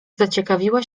zaciekawiła